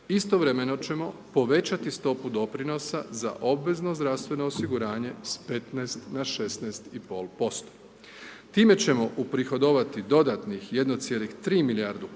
istovremeno ćemo povećati stopu doprinosa za obvezno zdravstveno osiguranje sa 15 na 16,5%. Time ćemo uprihodovati dodatnih 1,3 milijardu